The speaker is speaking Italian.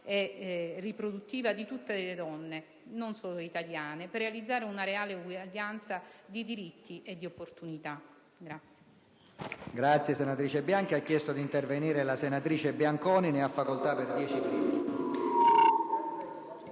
e riproduttiva di tutte le donne, non solo italiane, per realizzare una reale uguaglianza di diritti e di opportunità.